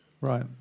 Right